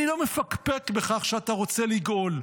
אני לא מפקפק בכך שאתה רוצה לגאול.